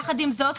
יחד עם זאת,